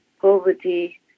poverty